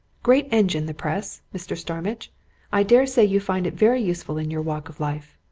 great engine the press, mr. starmidge i dare say you find it very useful in your walk of life.